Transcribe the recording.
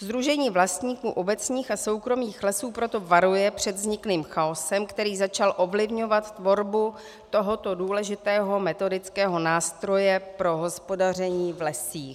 Sdružení vlastníků obecních a soukromých lesů proto varuje před vzniklým chaosem, který začal ovlivňovat tvorbu tohoto důležitého metodického nástroje pro hospodaření v lesích.